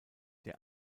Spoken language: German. der